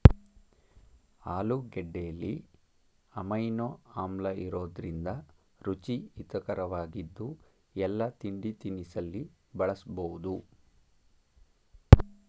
ಆಲೂಗೆಡ್ಡೆಲಿ amino ಆಮ್ಲಇರೋದ್ರಿಂದ ರುಚಿ ಹಿತರಕವಾಗಿದ್ದು ಎಲ್ಲಾ ತಿಂಡಿತಿನಿಸಲ್ಲಿ ಬಳಸ್ಬೋದು